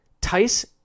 Tice